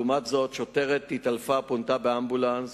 לעומת זאת, שוטרת התעלפה ופונתה באמבולנס,